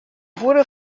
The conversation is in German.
wurde